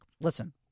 Listen